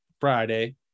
Friday